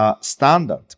Standard